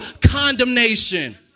condemnation